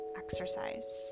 exercise